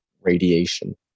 Radiation